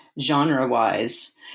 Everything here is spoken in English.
genre-wise